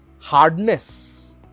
hardness